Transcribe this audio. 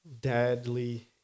deadly